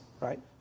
right